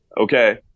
Okay